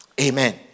Amen